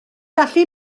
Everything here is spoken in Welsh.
gallu